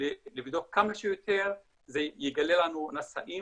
לבדוק כמה שיותר, זה יגלה לנו נשאים